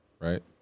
Right